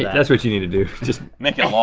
yeah that's what you need to do. just make it